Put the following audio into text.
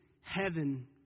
Heaven